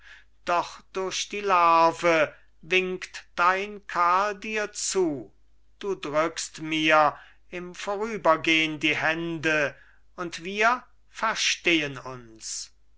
doch durch die larve winkt dein karl dir zu du drückst mir im vorrübergehn die hände und wir verstehen uns